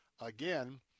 Again